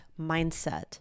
mindset